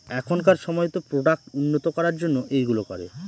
এখনকার সময়তো প্রোডাক্ট উন্নত করার জন্য এইগুলো করে